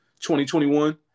2021